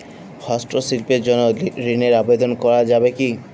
হস্তশিল্পের জন্য ঋনের আবেদন করা যাবে কি?